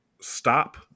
stop